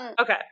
Okay